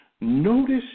Notice